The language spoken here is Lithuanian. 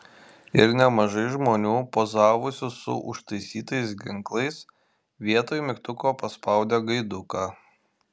ir nemažai žmonių pozavusių su užtaisytais ginklais vietoj mygtuko paspaudė gaiduką